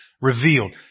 revealed